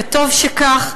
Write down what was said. וטוב שכך,